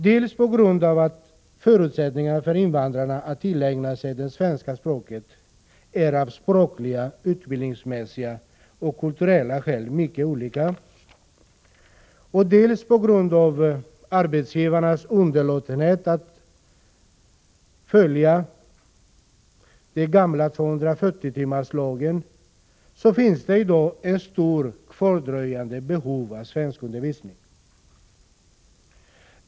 Dels på grund av att förutsättningarna för invandrarna att tillägna sig det svenska språket är mycket olika, av språkliga, utbildningsmässiga och kulturella skäl, dels på grund av arbetsgivarnas underlåtenhet att följa den gamla 240-timmarslagen, så finns det i dag ett stort kvardröjande behov av svenskundervisning.